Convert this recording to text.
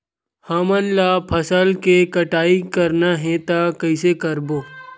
हमन ला फसल के कटाई करना हे त कइसे करबो?